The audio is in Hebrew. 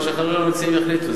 מה שהחברים המציעים יחליטו.